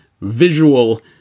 visual